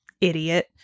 idiot